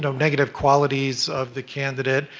negative qualities of the candidate.